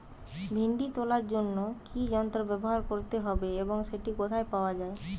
ভিন্ডি তোলার জন্য কি যন্ত্র ব্যবহার করতে হবে এবং সেটি কোথায় পাওয়া যায়?